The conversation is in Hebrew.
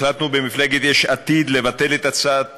החלטנו במפלגת יש עתיד לבטל את הצעת